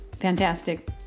fantastic